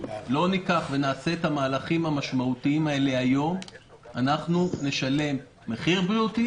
נעשה את המהלכים המשמעותיים האלה היום אנחנו נשלם מחיר בריאותי